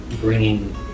bringing